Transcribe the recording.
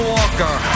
Walker